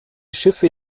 schiffe